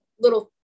little